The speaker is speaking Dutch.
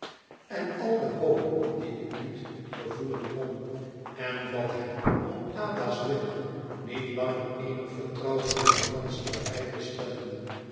en al de hoop die ik niet gevoelen kon en bad hem om ada's wil niet langer eenig vertrouwen in de kanselarij te stellen